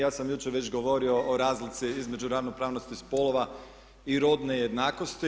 Ja sam jučer već govorio o razlici između ravnopravnosti spolova i rodne jednakosti.